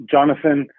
Jonathan